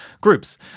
groups